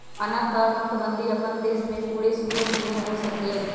एना तऽ नोटबन्दि अप्पन उद्देश्य में पूरे सूफल नहीए हो सकलै